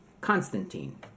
Constantine